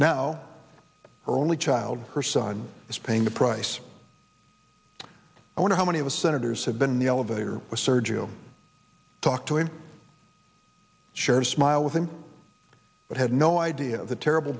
now her only child her son is paying the price i wonder how many of us senators have been in the elevator with sergio talked to him share smile with him but had no idea of the terrible